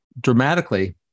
dramatically